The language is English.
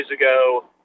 ago